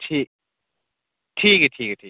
ठीक ठीक ऐ ठीक ऐ ठीक